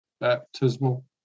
baptismal